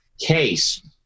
case